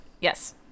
yes